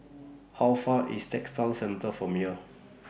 How Far IS Textile Centre from here